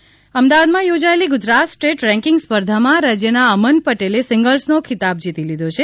tennis અમદાવાદમાં યોજાયેલી Gujarat state ranking સ્પર્ધામાં રાજ્યના અમન પટેલે સીંગ્લસનો ખિતાબ જીતી લીધો છે